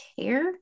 care